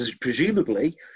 presumably